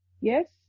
Yes